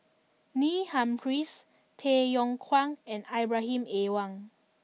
Neil Humphreys Tay Yong Kwang and Ibrahim Awang